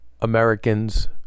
Americans